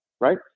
right